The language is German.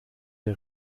der